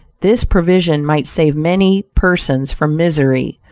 this provision might save many persons from misery,